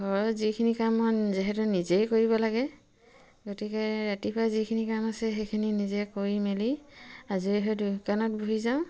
ঘৰৰ যিখিনি কামৰ যিহেতু নিজেই কৰিব লাগে গতিকে ৰাতিপুৱা যিখিনি কাম আছে সেইখিনি নিজে কৰি মেলি আজৰি হৈ দোকানত বহি যাওঁ